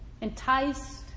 enticed